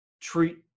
treat